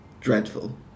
dreadful